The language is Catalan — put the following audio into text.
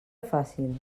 fàcil